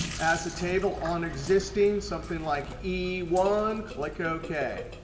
as a table, on existing, something like e one. click ok.